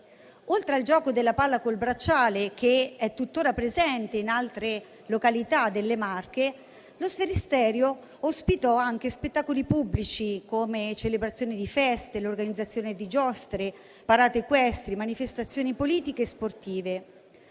Oltre al gioco della palla col bracciale, che è tuttora presente in altre località delle Marche, lo Sferisterio ospitò anche spettacoli pubblici, come celebrazioni di feste, l'organizzazione di giostre, parate equestri, manifestazioni politiche e sportive.